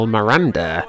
Miranda